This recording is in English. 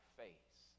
face